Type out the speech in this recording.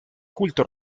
culto